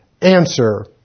Answer